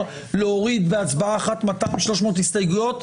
להוריד בהצבעה אחת 200 300 הסתייגויות,